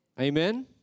Amen